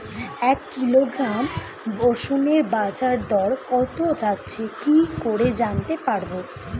এক কিলোগ্রাম রসুনের বাজার দর কত যাচ্ছে কি করে জানতে পারবো?